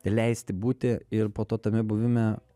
leisti būti ir po to tame buvime